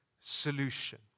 solution